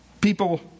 people